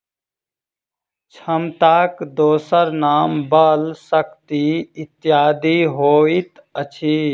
क्षमताक दोसर नाम बल, शक्ति इत्यादि होइत अछि